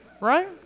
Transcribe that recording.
Right